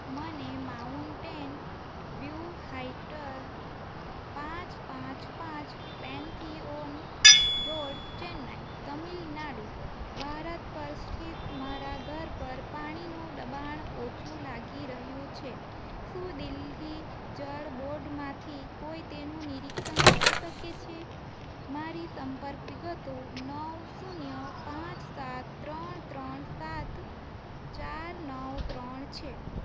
મને Mountain View Height પાંચ પાંચ પાંચ પેનથીઓન રોડ ચેન્નઈ તમિલનાડુ ભારત પર સ્થિત મારા ઘર પર પાણીનો દબાણ ઓછું લાગી રહ્યું છે શું દિલ્હી જળ બોર્ડમાંથી કોઈ તેનું નિરીક્ષણ કરી શકે છે મારી સંપર્ક વિગતો નવ શૂન્ય પાંચ સાત ત્રણ ત્રણ સાત ચાર નવ ત્રણ છે